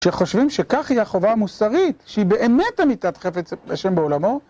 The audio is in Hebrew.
כשחושבים שכך היא החובה המוסרית, שהיא באמת אמיתת חפץ ה' בעולמו